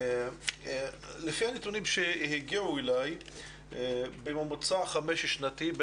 לפי הנתונים שהגיעו אליי בממוצע חמש שנתי,